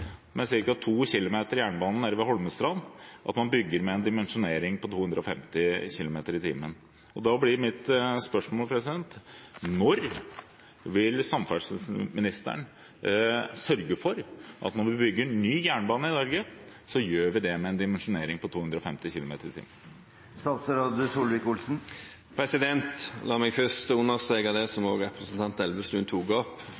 km jernbane nede ved Holmestrand, at man bygger med en dimensjonering for 250 km/t. Da blir mitt spørsmål: Når vil samferdselsministeren sørge for at vi, når vi bygger ny jernbane i Norge, gjør det med en dimensjonering for 250 km/t? La meg først understreke det som også representanten Elvestuen tok opp: